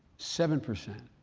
seven percent.